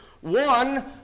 one